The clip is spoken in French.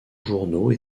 journaux